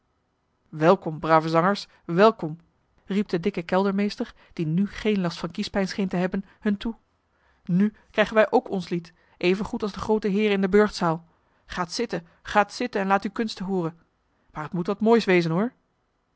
welkom brave zangers welkom riep de dikke keldermeester die nu geen last van kiespijn scheen te hebben hun toe nu krijgen ook wij ons lied evengoed als de groote heeren in de burchtzaal gaat zitten gaat zitten en laat uwe kunst hooren maar t moet wat moois wezen hoor